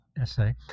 essay